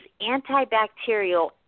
antibacterial